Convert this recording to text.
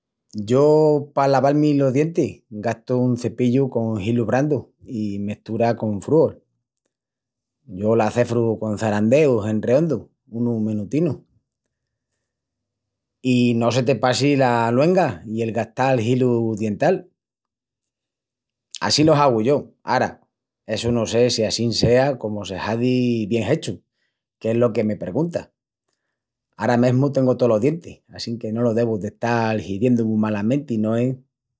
Yo pa laval-mi los dientus gastu un cepillu con hilus brandus i mestura con frùol. Yo l'acefru con çarandeus en reondu unus menutinus. i No se te passi la luenga i el gastal hilu diental. Assín lo hagu yo, ara, essu no sé si assín sea comu se hazi bien hechu, qu'es lo que me perguntas. Ara mesmu tengu tolos dientis assinque no lo devu d'estal hiziendu mu malamenti, no es?